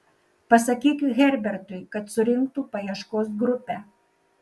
pasakyk herbertui kad surinktų paieškos grupę